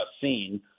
seen